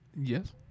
Yes